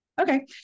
Okay